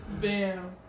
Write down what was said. bam